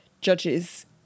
judges